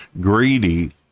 greedy